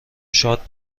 شاد